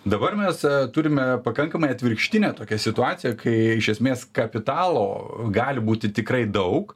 dabar mes turime pakankamai atvirkštinę tokią situaciją kai iš esmės kapitalo gali būti tikrai daug